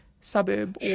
suburb